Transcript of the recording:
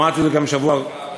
ואמרתי את זה גם בשבוע שעבר,